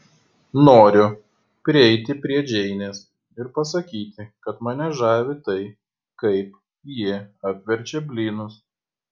noriu prieiti prie džeinės ir pasakyti kad mane žavi tai kaip ji apverčia blynus